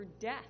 death